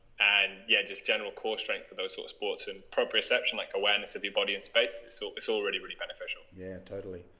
and yeah, just general core strength for those sort of sports and proprioception like awareness of your body in space so it's already really beneficial yeah, totally.